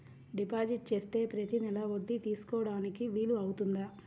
Deposit చేస్తే ప్రతి నెల వడ్డీ తీసుకోవడానికి వీలు అవుతుందా?